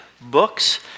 books